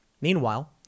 Meanwhile